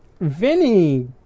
Vinny